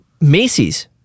Macy's